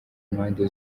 mpande